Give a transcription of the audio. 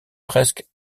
presque